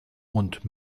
und